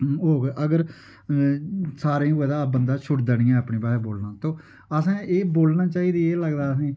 होग अगर सारे गी पता बंदा छोड़दा नेईं ऐ अपनी भाशा बोलना असें एह् बोलना चाहिदी एह् लगदा